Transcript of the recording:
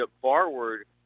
forward